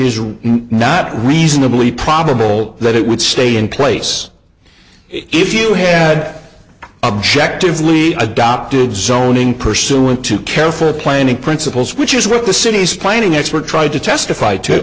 really not reasonably probable that it would stay in place if you had objectives we adopted zoning pursuant to careful planning principles which is what the city's planning expert tried to testify to